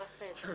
נעשה את זה.